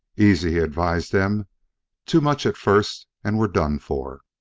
easy, he advised them too much at first and we're done for.